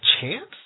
chance